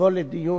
תבוא שעתה לדיון